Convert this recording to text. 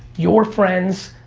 your friends,